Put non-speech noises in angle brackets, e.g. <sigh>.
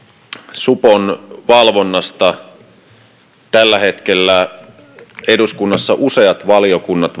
supon valvonnasta tällä hetkellä eduskunnassa useat valiokunnat <unintelligible>